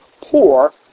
poor